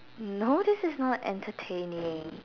no this is not entertaining